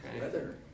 Weather